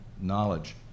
knowledge